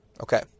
Okay